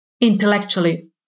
intellectually